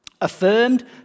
affirmed